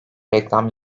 reklam